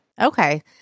Okay